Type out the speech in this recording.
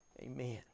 amen